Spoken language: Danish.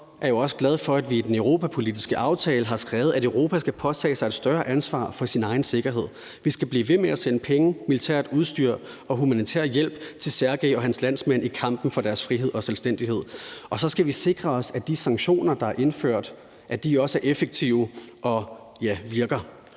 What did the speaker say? jeg jo også glad for, at vi i den europapolitiske aftale har skrevet, at Europa skal påtage sig et større ansvar for sin egen sikkerhed. Vi skal blive ved med at sende penge, militært udstyr og humanitær hjælp til Sergey og hans landsmænd i kampen for deres frihed og selvstændighed, og så skal vi sikre os, at de sanktioner, der er indført, også er effektive og, ja, virker.